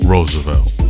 Roosevelt